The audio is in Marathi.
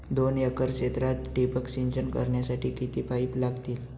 दोन एकर क्षेत्रात ठिबक सिंचन करण्यासाठी किती पाईप लागतील?